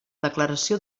declaració